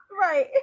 right